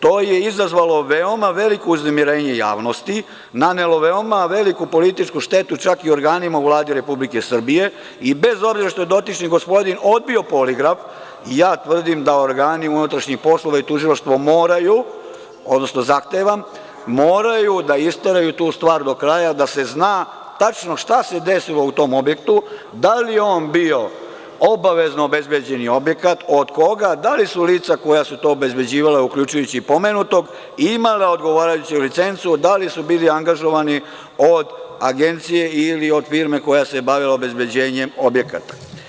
To je izazvalo veoma veliko uznemirenje u javnosti, nanelo veoma veliku političku štetu čak i organima u Vladi Republike Srbije i bez obzira što dotični gospodin odbio poligraf, ja tvrdim da organi unutrašnjih poslova i tužilaštvo moraju, odnosno zahtevam, moraju da isteraju tu stvar do kraja, da se zna tačno šta se desilo u tom objektu, da li je on bio obavezno obezbeđen objekat, od koga, da li su lica koja su to obezbeđivala, uključujući i pomenutog, imala odgovarajuću licencu, da li su bili angažovani od agencije ili od firme koja se bavila obezbeđenjem objekata.